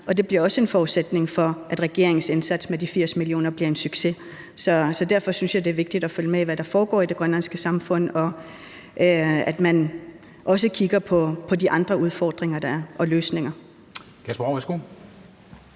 og den bliver også en forudsætning for, at regeringens indsats med de 80 mio. kr. bliver en succes. Så derfor synes jeg, det er vigtigt at følge med i, hvad der foregår i det grønlandske samfund, og at man også kigger på de andre udfordringer og løsninger, der er.